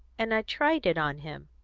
and i tried it on him.